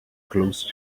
close